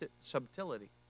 subtlety